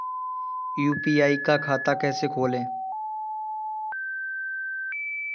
UPI का खाता कैसे खोलें?